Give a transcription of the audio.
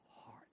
heart